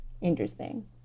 Interesting